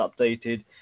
updated